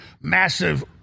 massive